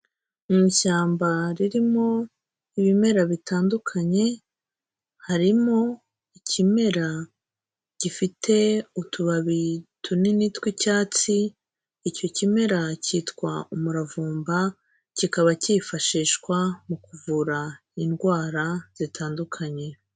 Mu ishyamba ririmo ibimera bitandukanye, harimo ikimera gifite utubabi tunini tw'icyatsi, icyo kimera cyitwa umuravumba, kikaba cyifashishwa mu kuvura indwara zitandukanye.